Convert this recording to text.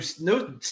no